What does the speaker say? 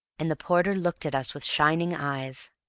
and the porter looked at us with shining eyes.